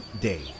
Day